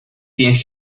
tienes